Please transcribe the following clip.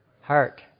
heart